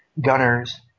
Gunners